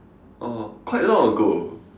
oh quite long ago